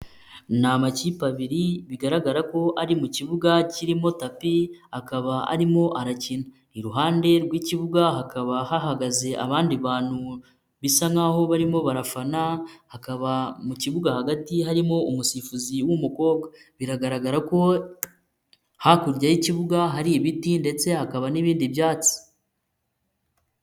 Ni amakipe abiri bigaragara ko ari mu kibuga kirimo tapi akaba arimo arakina, iruhande rw'ikibuga hakaba hahagaze abandi bantu bisa nk'aho barimo barafana hakaba mu kibuga hagati harimo umusifuzi w'umukobwa biragaragara ko hakurya y'ikibuga hari ibiti ndetse hakaba n'ibindi byatsi.